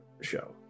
show